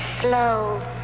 slow